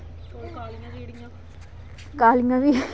कालियां बी हैन